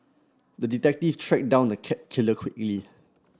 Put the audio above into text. the detective tracked down the cat killer quickly